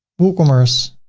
woocommerce,